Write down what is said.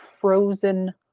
frozen